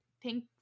pink